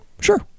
sure